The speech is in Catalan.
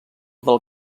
del